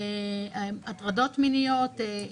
הטרדות מיניות,